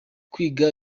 kwiga